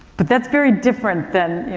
but that's very different than, you